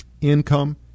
income